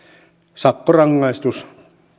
sakkorangaistus